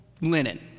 linen